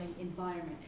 environment